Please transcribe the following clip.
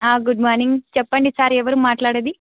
good morning చెప్పండి sir ఎవరు మాట్లాడేది